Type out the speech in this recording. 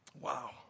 Wow